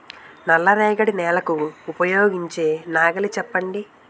నల్ల రేగడి నెలకు ఉపయోగించే నాగలి చెప్పండి?